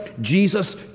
Jesus